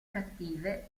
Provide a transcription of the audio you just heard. cattive